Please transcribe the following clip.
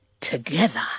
together